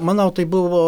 manau tai buvo